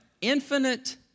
infinite